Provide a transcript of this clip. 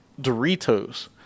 Doritos